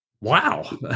wow